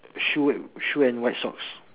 shoe and shoe and white socks